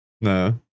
no